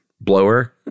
blower